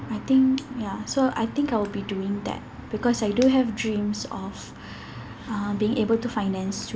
I think ya so I think I'll be doing that because I do have dreams of uh being able to finance